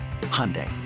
Hyundai